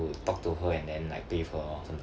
talk to her and then like play with her lor